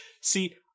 See